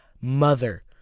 mother